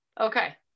Okay